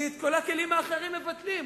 כי את כל הכלים האחרים מבטלים.